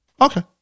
Okay